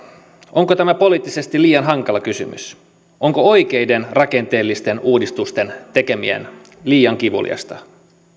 onko tämä poliittisesti liian hankala kysymys onko oikeiden rakenteellisten uudistusten tekeminen liian kivuliasta